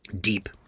deep